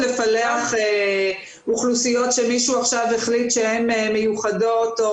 לפלח אוכלוסיות שמישהו עכשיו החליט שהן מיוחדות.